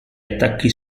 attacchi